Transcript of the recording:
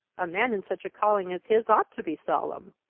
a man in such a calling as his ought to be solemn.